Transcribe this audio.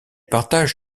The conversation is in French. partage